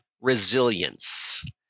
Resilience